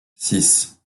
six